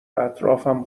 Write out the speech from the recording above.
اطرافم